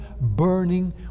burning